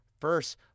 first